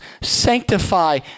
sanctify